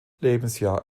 lebensjahr